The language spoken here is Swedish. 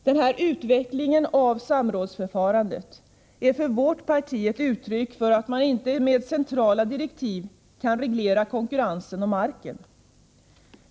Denna utveckling av samrådsförfarandet är för vårt parti ett uttryck för att man inte med centrala direktiv kan reglera konkurrensen om marken.